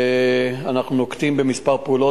אנחנו נוקטים כמה פעולות.